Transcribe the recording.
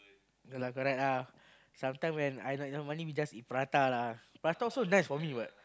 ya lah correct lah sometime when I like no money we just eat prata lah prata also nice for me what